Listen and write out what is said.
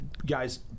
guys